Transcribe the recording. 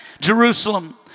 Jerusalem